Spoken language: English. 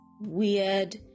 weird